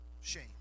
shame